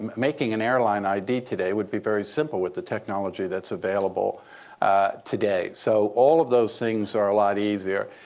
making an airline id today would be very simple with the technology that's available today. so all of those things are a lot easier.